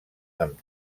amb